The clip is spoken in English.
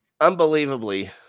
Unbelievably